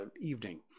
evening